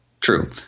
True